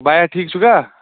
بیا ٹھیٖک چھُکھا